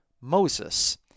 Moses